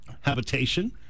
habitation